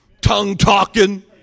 Tongue-talking